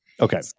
Okay